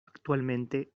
actualmente